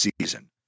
season